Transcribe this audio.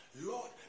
Lord